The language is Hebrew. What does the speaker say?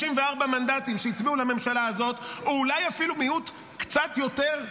64 מנדטים שהצביעו לממשלה הזאת או אולי אפילו מיעוט קצת יותר,